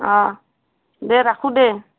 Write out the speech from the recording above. অঁ দে ৰাখোঁ দে